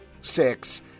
six